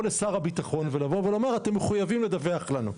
לשר הביטחון ולומר: "אתם מחויבים לדווח לנו".